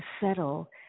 settle